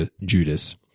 Judas